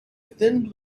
thin